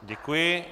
Děkuji.